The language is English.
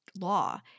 law